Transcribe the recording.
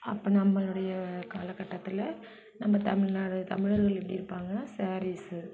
அப்போ நம்மளுடைய கால கட்டத்தில் நம்ம தமிழ்நாடு தமிழர்கள் எப்படி இருப்பாங்கன்னா சேரீஸு